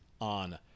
on